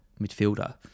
midfielder